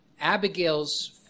Abigail's